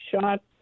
shot